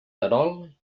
terol